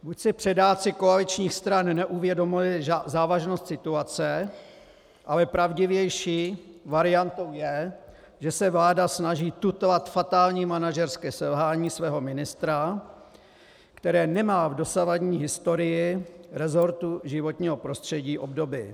Buď si předáci koaličních stran neuvědomili závažnost situace, ale pravdivější variantou je, že se vláda snaží tutlat fatální manažerské selhání svého ministra, které nemá v dosavadní historii resortu životního prostředí obdoby.